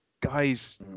guys